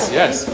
yes